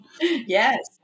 Yes